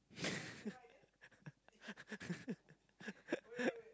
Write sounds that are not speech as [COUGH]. [LAUGHS]